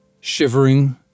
Shivering